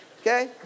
Okay